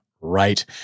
right